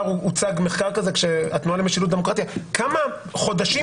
הוצג מחקר ע"י התנועה למשילות ודמוקרטיה כמה חודשים